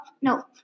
no